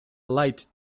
light